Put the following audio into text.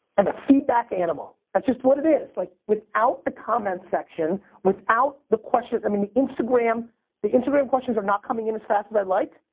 i'm a feedback animal. that's just what it is, like without the comment section without the question, i mean the instagram the instagram questions are not coming and as fast as i'd like,